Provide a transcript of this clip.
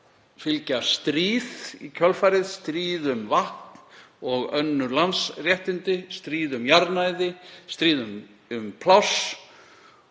fylgja stríð, stríð um vatn og önnur landsréttindi, stríð um jarðnæði, stríð um pláss